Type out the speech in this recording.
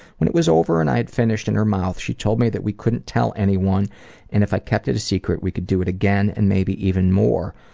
when it was over and i had finished in her mouth she told me that we couldn't tell anyone and if i kept it a secret we could do it again and maybe even more.